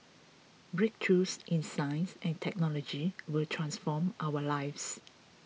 breakthroughs in science and technology will transform our lives